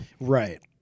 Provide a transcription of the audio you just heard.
Right